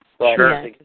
Sure